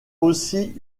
aussi